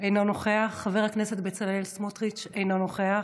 אינו נוכח, חבר הכנסת בצלאל סמוטריץ' אינו נוכח,